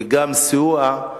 וגם לתת סיוע,